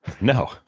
No